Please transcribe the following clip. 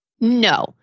No